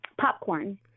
popcorn